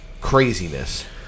craziness